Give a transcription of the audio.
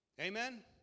Amen